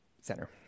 center